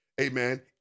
amen